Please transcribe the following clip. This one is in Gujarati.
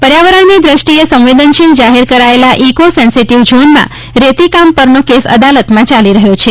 પર્યાવરણની દેષ્ટિએ સંવેદનશીલ જાહેર કરાયેલા ઇકો સેન્સીટીવ ઝોનમાં રેતીકામ પરનો કેસ અદાલતમાં ચાલી રહ્યો છે